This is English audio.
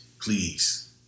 Please